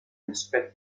inspect